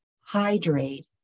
hydrate